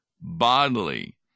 bodily